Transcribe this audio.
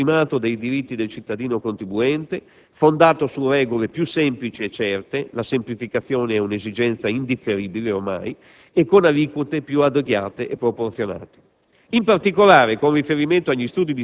sia improntato al riconoscimento del primato dei diritti del cittadino contribuente, fondato su regole più semplici e certe - la semplificazione è una esigenza indifferibile ormai - e con aliquote più adeguate e proporzionate.